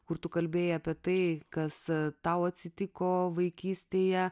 kur tu kalbėjai apie tai kas tau atsitiko vaikystėje